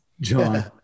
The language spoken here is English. John